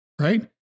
right